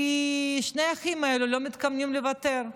כי שני האחים האלו לא מתכוונים לוותר,